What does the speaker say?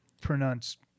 pronounced